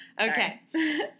Okay